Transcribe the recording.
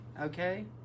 Okay